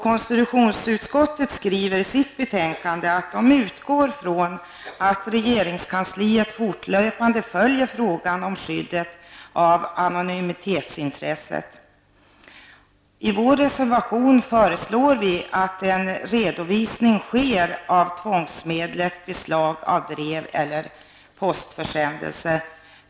Konstitutionsutskottet skrev i sitt betänkande att utskottet utgick från att regeringskansliet fortlöpande följer frågan om skyddet av anonymitetsintresset. I vår reservation föreslår vi att en redovisning sker av tvångsmedlet beslag av brev eller postförsändelser.